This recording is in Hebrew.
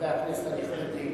חברי הכנסת הנכבדים,